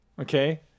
Okay